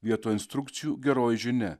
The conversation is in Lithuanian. vietoj instrukcijų geroji žinia